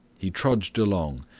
he trudged along,